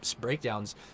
breakdowns